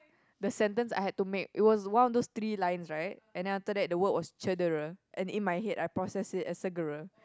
the sentence I had to make it was one of those three lines right and then after that the word was cedera and in my head I process it as segera